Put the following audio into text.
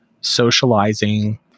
socializing